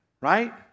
right